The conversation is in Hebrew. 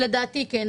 לדעתי כן.